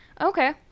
Okay